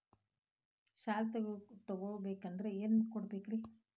ಸಾಲ ತೊಗೋಬೇಕಂದ್ರ ಏನೇನ್ ಕೊಡಬೇಕ್ರಿ?